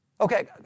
Okay